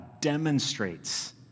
demonstrates